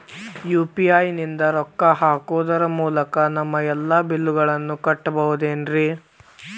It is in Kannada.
ಯು.ಪಿ.ಐ ನಿಂದ ರೊಕ್ಕ ಹಾಕೋದರ ಮೂಲಕ ನಮ್ಮ ಎಲ್ಲ ಬಿಲ್ಲುಗಳನ್ನ ಕಟ್ಟಬಹುದೇನ್ರಿ?